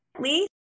Lee